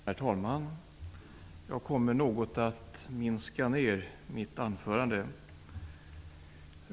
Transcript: Herr talman! Jag kommer att minska ned mitt anförande något.